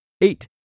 Eight